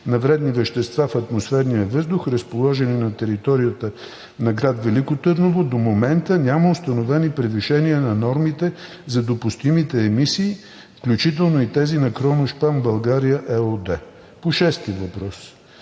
на вредни вещества в атмосферния въздух, разположени на територията на град Велико Търново, до момента няма установени превишения на нормите за допустимите емисии, включително и тези на „Кроношпан България“ ЕООД. По шестия въпрос.